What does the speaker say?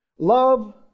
Love